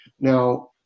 Now